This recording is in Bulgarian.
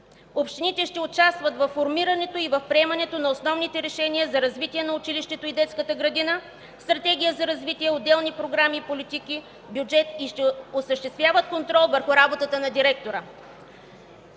общините ще участват във формирането и в приемането на основните решения за развитие на училището и детската градина, в стратегия за развитие, отделни програми и политики, бюджет и ще осъществяват контрол върху работата на директора.